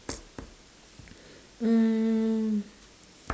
mm